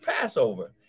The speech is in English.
passover